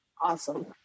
awesome